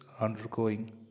undergoing